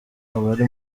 abari